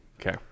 Okay